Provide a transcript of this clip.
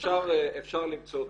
אפשר למצוא תקציבים,